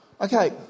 Okay